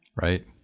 Right